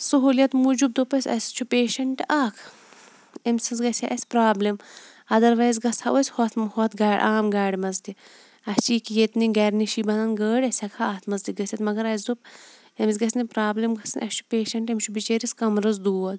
سُہولیت موٗجوٗب دوٚپ اَسہِ اَسہِ چھُ پیشَنٛٹ اکھ أمہِ سٕنٛز گَژھِ ہا اَسہِ پرابلِم اَدَر وَیز گَژھٕ ہو أسۍ ہوٚتھ ہوٚتھ عام گاڈِ مَنٛز تہِ اَسہِ چھِ ییٚکیاہ ییٚتٮ۪ن گَر نِشی بَنان گٲڈۍ أسۍ ہیٚکہو اَتھ مَنٛز تہِ گٔژھِتھ مَگَر اَسہِ دوٚپ ییٚمِس گَژھنہٕ پرابلِم گَژھٕنۍ اَسہِ چھُ پیشَنٛٹ أمِس چھُ بِچٲرِس کَمرَس دود